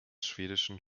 schwedischen